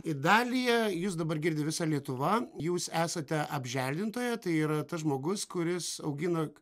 idalija jus dabar girdi visa lietuva jūs esate apželdintoja tai yra tas žmogus kuris augina